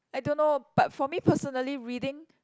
I don't know but for me personally reading